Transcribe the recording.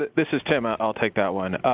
this is tim, ah i'll take that one.